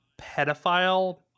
pedophile